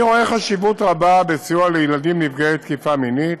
אני רואה חשיבות רבה בסיוע לילדים נפגעי תקיפה מינית,